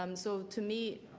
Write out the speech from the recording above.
um so to me,